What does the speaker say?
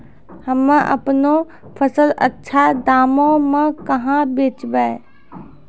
हम्मे आपनौ फसल अच्छा दामों मे कहाँ बेचबै?